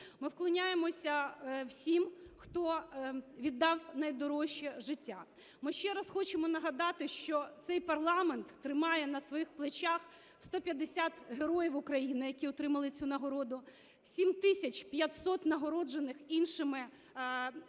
Ми вклоняємося всім, хто віддав найдорожче – життя. Ми ще раз хочемо нагадати, що цей парламент тримає на своїх плечах 150 героїв України, які отримали цю нагороду, 7 тисяч 500 нагороджених іншими сьогодні